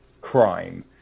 crime